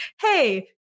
hey